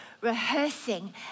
rehearsing